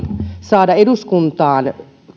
saada eduskuntaan